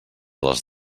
les